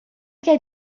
quer